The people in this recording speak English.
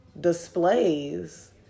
displays